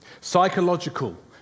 psychological